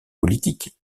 politiques